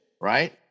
right